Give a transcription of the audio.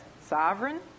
sovereign